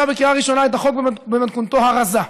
בקריאה ראשונה את החוק במתכונתו הרזה,